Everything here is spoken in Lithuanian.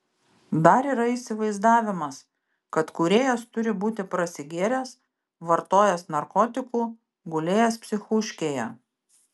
dar yra įsivaizdavimas kad kūrėjas turi būti prasigėręs vartojęs narkotikų gulėjęs psichūškėje